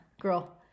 girl